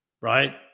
right